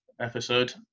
episode